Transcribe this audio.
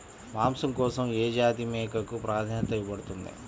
మాంసం కోసం ఏ జాతి మేకకు ప్రాధాన్యత ఇవ్వబడుతుంది?